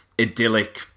idyllic